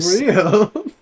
real